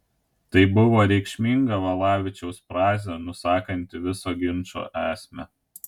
tai buvo reikšminga valavičiaus frazė nusakanti viso ginčo esmę